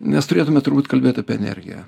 nes turėtume turbūt kalbėt apie energiją